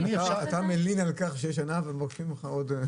אתה מלין על שנה והם רוצים עוד שנה.